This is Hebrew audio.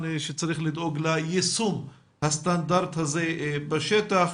שצריך לדאוג ליישום הסטנדרט הזה בשטח.